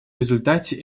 результате